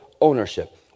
ownership